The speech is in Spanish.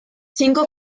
cinco